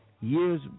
years